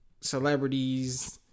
celebrities